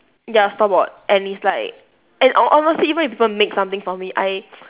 ya store bought and it's like and ho~ honestly even if people make something for me I